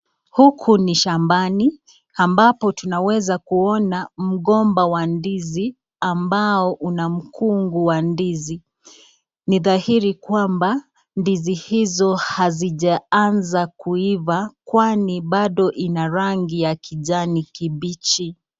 Huku ni shambani ambapo tunaweza kuona mgomba wa ndizi ambao una mkungu wa ndizi. Ni dhahiri kwamba ndizi hizo hazijaanza kuiva kwani bado ina rangi ya kijani kibichi.